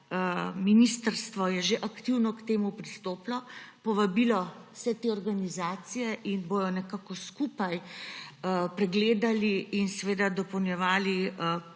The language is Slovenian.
ministrstvo že aktivno k temu pristopilo, povabilo vse te organizacije in bodo skupaj pregledali in seveda dopolnjevali